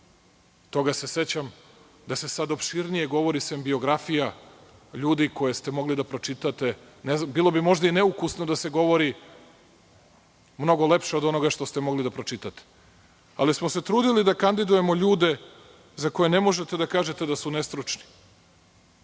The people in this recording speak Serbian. toga se sećam, da se sad opširnije govori sem biografija ljudi koje ste mogli da pročitate. Ne znam, bilo bi možda i neukusno da se govori mnogo lepše od onoga što ste mogli da pročitate. Ali smo se trudili da kandidujemo ljude za koje ne možete da kažete da su nestručni.